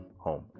home